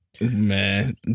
Man